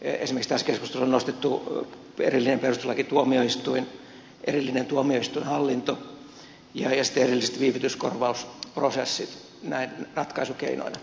esimerkiksi tässä keskustelussa on nostettu esiin erillinen perustuslakituomioistuin erillinen tuomioistuinhallinto ja sitten erilliset viivytyskorvausprosessit näiden ratkaisukeinoina